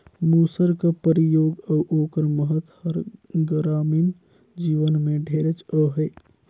मूसर कर परियोग अउ ओकर महत हर गरामीन जीवन में ढेरेच अहे